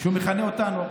שהוא מכנה אותנו,